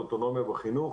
על אוטונומיה בחינוך,